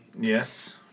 Yes